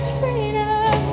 freedom